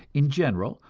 in general,